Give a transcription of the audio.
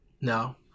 no